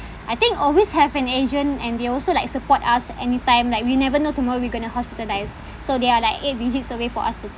I think always have an agent and they also like support us anytime like we never know tomorrow we're going to hospitalise so they are like eight digits away or us to